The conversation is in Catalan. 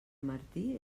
martí